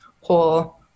whole